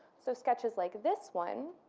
so sketches like this one,